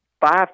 five